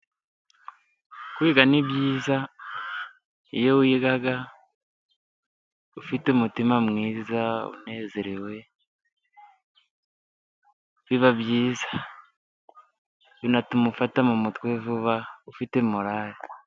Kwiga ni byiza, iyo wiga, ufite umutima mwiza unezerewe, biba byiza. Binatuma ufata mu mutwe vuba, ufite morare.